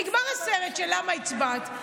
נגמר הסרט של למה הצבעת.